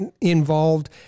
involved